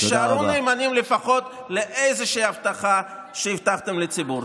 תישארו נאמנים לפחות לאיזושהי הבטחה שהבטחתם לציבור.